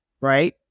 right